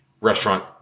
restaurant